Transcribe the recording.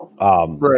Right